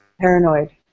paranoid